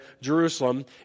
Jerusalem